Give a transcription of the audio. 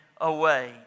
away